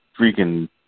freaking